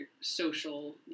social